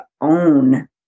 own